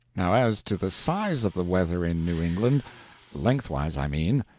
now as to the size of the weather in new england lengthways, i mean.